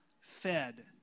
fed